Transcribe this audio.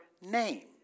name